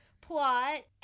plot